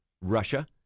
Russia